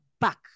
back